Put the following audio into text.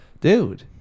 dude